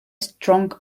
strong